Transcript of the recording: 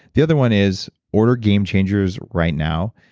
the other one is order game changers right now.